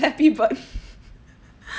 flappy bird